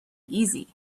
easy